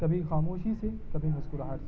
کبھی خاموشی سے کبھی مسکراہٹ سے